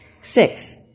Six